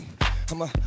I'ma